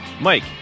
Mike